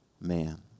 man